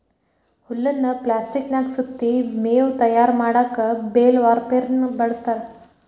ಹುಲ್ಲನ್ನ ಪ್ಲಾಸ್ಟಿಕನ್ಯಾಗ ಸುತ್ತಿ ಮೇವು ತಯಾರ್ ಮಾಡಕ್ ಬೇಲ್ ವಾರ್ಪೆರ್ನ ಬಳಸ್ತಾರ